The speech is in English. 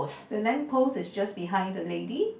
the lamp is just behind the lady